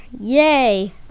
yay